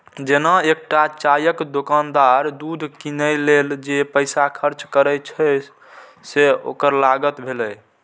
जेना एकटा चायक दोकानदार दूध कीनै लेल जे पैसा खर्च करै छै, से ओकर लागत भेलै